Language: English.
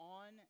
on